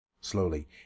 Slowly